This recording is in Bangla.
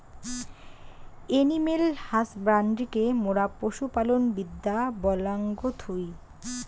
এনিম্যাল হাসব্যান্ড্রিকে মোরা পশু পালন বিদ্যা বলাঙ্গ থুই